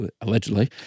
allegedly